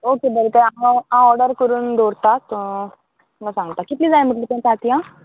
okay बरें तर हांव हांव ऑर्डर करून दवरता सो तुमकां सांगता कितलीं जाय म्हटलीं तुवें ततायां